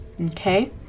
Okay